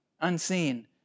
unseen